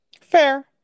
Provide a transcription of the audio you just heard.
Fair